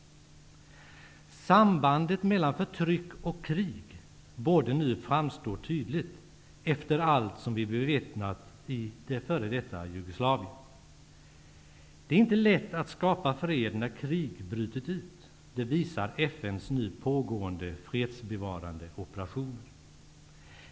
Sambandet mellan förtryck och krig borde nu framstå tydligt, efter allt som vi bevittnat i det f.d. Jugoslavien. Det är inte lätt att skapa fred när krig brutit ut. Det visar FN:s nu pågående fredsbevarande operationer.